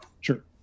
Sure